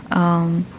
um